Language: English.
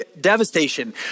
devastation